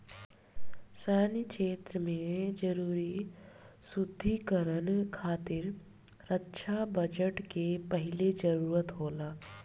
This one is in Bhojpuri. सैन्य क्षेत्र में जरूरी सुदृढ़ीकरन खातिर रक्षा बजट के पहिले जरूरत होला